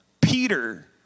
Peter